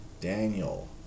Daniel